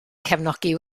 cefnogi